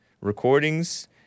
recordings